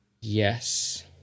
Yes